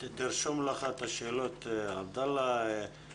עבדאללה, תרשום לך את השאלות ואחר כך תענה עליהן.